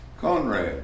Conrad